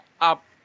up